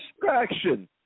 distraction